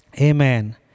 Amen